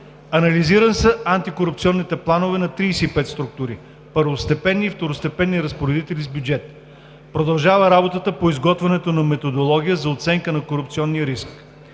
Анализирани са антикорупционните планове на 35 структури – първостепенни и второстепенни разпоредители с бюджет. Продължава работата по изготвянето на Методология за оценка на корупционния риск.